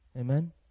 Amen